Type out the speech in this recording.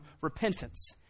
repentance